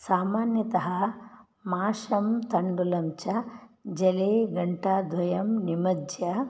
सामान्यतः माषं तण्डुलञ्च जले घण्टाद्वयं निमज्य